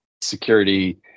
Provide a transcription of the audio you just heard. security